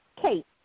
Kate